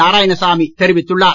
நாரயாணசாமி தெரிவித்துள்ளார்